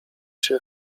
się